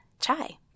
chai